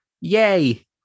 Yay